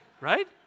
Right